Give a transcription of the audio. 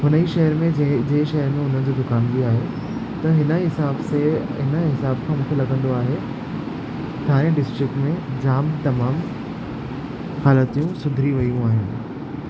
उन ई शहर में जंहिं जंहिं शहर में हुन जो दुकान बि आहे त हिन जे हिसाब से हिन हिसाब सां मूंखे लॻंदो आहे थाणे डिस्ट्रिक्ट में जाम तमामु हालतियूं सुधरी वियूं आहिनि